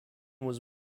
was